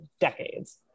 decades